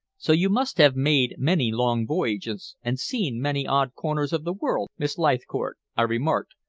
so you must have made many long voyages, and seen many odd corners of the world, miss leithcourt? i remarked,